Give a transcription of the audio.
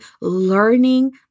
learning